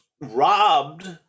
robbed